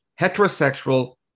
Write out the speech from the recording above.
heterosexual